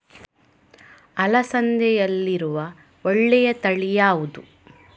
ಅಲಸಂದೆಯಲ್ಲಿರುವ ಒಳ್ಳೆಯ ತಳಿ ಯಾವ್ದು?